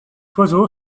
oiseau